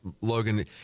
Logan